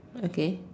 okay